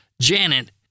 Janet